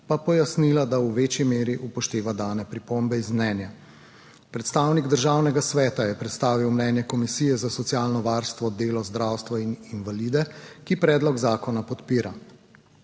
pa pojasnila, da v večji meri upošteva dane pripombe iz mnenja. Predstavnik Državnega sveta je predstavil mnenje Komisije za socialno varstvo, delo, zdravstvo in invalide, ki predlog zakona podpira.